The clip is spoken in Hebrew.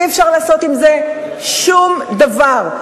אי-אפשר לעשות עם זה שום דבר.